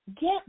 Get